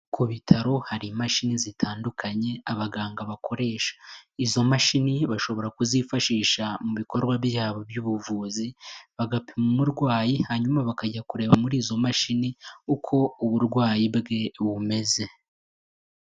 Ku bitaro hari imashini zitandukanye abaganga bakoresha, izo mashini bashobora kuzifashisha mu bikorwa byabo by'ubuvuzi bagapima umurwayi hanyuma bakajya kureba muri izo mashini uko uburwayi bwe bumeze.